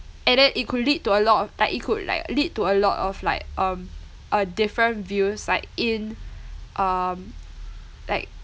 and then it could lead to a lot of like it could like lead to a lot of like um uh different views like in um like